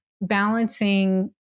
balancing